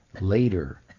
later